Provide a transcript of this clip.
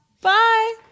Bye